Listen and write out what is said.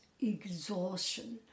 exhaustion